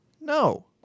No